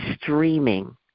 streaming